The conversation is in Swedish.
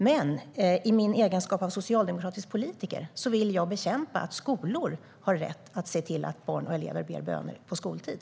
Men i egenskap av socialdemokratisk politiker vill jag bekämpa att skolor har rätt att se till att barn och elever ber böner på skoltid.